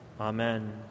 Amen